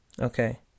Okay